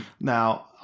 now